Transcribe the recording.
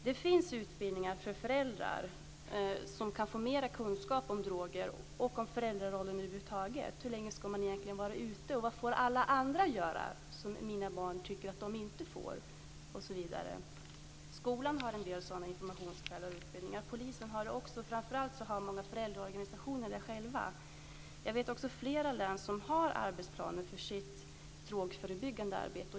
Det finns utbildningar för föräldrar där de kan få mer kunskap om droger och föräldrarollen över huvud taget. Hur länge ska barnen egentligen vara ute, och vad får alla andra göra som mina barn tycker att de inte får, osv? Skolan har en del sådana informationskvällar och utbildningar, och polisen har det också. Framför allt har många föräldraorganisationer själva sådana. Jag vet också fler län som har arbetsplaner för sitt drogförebyggande arbete.